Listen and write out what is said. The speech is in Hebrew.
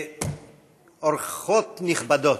אורחות נכבדות,